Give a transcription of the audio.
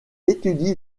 étudie